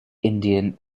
indian